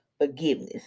forgiveness